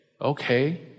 Okay